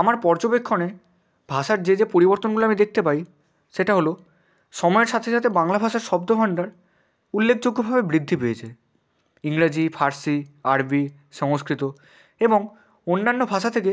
আমার পর্যবেক্ষণে ভাষার যে যে পরিবর্তনগুলো আমি দেখতে পাই সেটা হলো সময়ের সাথে সাথে বাংলা ভাষার শব্দভাণ্ডার উল্লেখযোগ্যভাবে বৃদ্ধি পেয়েছে ইংরাজি ফার্সি আরবি সংস্কৃত এবং অন্যান্য ভাষা থেকে